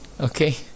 Okay